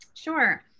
Sure